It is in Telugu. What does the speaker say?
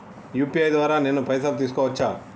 యూ.పీ.ఐ ద్వారా నేను పైసలు తీసుకోవచ్చా?